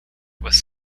was